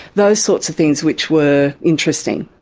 those sorts of things, which were interesting.